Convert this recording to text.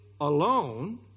alone